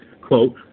quote